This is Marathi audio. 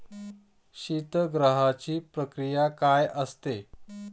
शीतगृहाची प्रक्रिया काय असते?